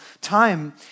time